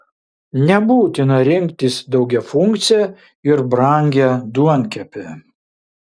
nebūtina rinktis daugiafunkcę ir brangią duonkepę